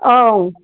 औ